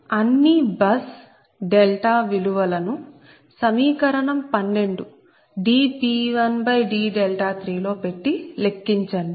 అన్ని బస్ 𝛿 విలువలను సమీకరణం xii dP1 d3 లో పెట్టి లెక్కించండి